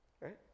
right